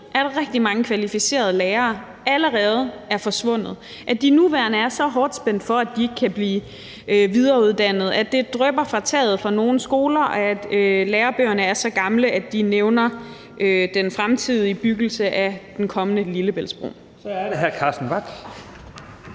mange kvalificerede lærere allerede er forsvundet, og at de nuværende er så hårdt spændt for, at de ikke kan blive videreuddannet, og vi ved, at det drypper fra taget på nogle skoler, og at lærebøgerne er så gamle, at de nævner den fremtidige opførelse af den kommende Lillebæltsbro. Kl. 17:35 Første